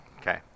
Okay